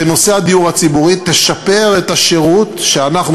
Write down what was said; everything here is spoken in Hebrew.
בנושא הדיור הציבורי תשפר את השירות שאנחנו,